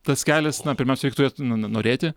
tas kelias na pirmiausia reik turėt nan norėti